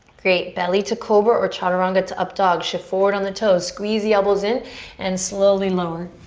great. belly to cobra or chaturanga to up dog. shift forward on the toes. squeeze the elbows in and slowly lower.